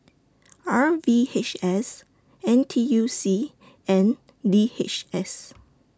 R V H S N T U C and D H S